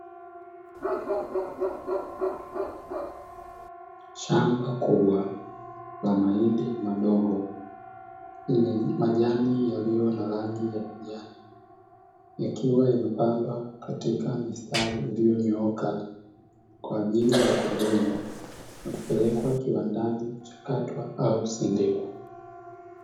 Shamba kubwa la mahindi madogo yenye majani yaliyo na rangi ya kijani yakiwa yamepandwa katika mistari iliyonyooka, kwa ajili ya kuvunwa na kupelekwa kiwandani kuchakatwa au sindikwa.